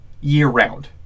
year-round